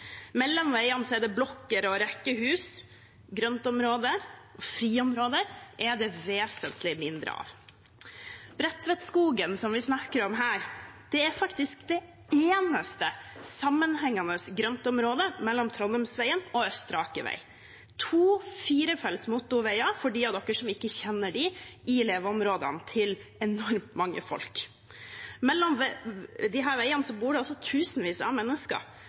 Mellom veiene er det blokker og rekkehus. Grøntområder og friområder er det vesentlig mindre av. Bredtvetskogen, som vi snakker om her, er faktisk det eneste sammenhengende grøntområdet mellom Trondheimsveien og Østre Aker vei – to firefelts motorveier, for dem som ikke kjenner leveområdene til enormt mange mennesker. Mellom disse veiene bor det altså tusenvis av mennesker,